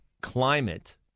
climate